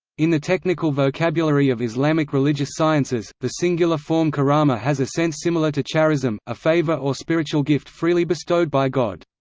in the technical vocabulary of islamic religious sciences, the singular form karama has a sense similar to charism, a favor or spiritual gift freely bestowed by god.